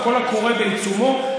הקול הקורא בעיצומו.